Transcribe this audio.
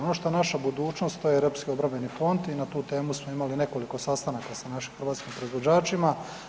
Ono što je naša budućnosti je Europski obrambeni fond i na tu temu smo imali nekoliko sastanaka sa našim hrvatskim proizvođačima.